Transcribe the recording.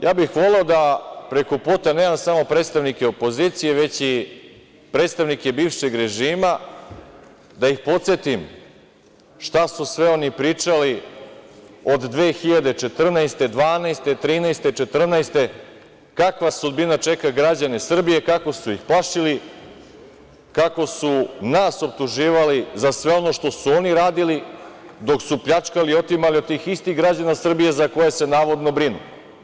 Ja bih voleo da preko puta nemam samo predstavnike opozicije već i predstavnike bivšeg režima, da ih podsetim šta su sve oni pričali od 2014, 2012, 2013. godine, kakva sudbina čeka građane Srbije, kako su ih plašili, kako su nas optuživali za sve ono što su oni radili, dok su pljačkali, otimali od tih istih građana Srbije za koje se navodno brinu.